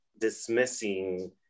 dismissing